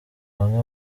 bamwe